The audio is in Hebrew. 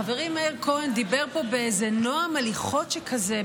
חברי כהן דיבר פה באיזה נועם הליכות שכזה,